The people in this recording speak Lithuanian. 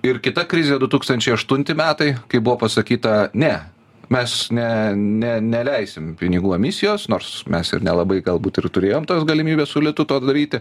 ir kita krizė du tūkstančiai aštunti metai kai buvo pasakyta ne mes ne ne neleisim pinigų emisijos nors mes ir nelabai galbūt ir turėjom tos galimybės su litu tą daryti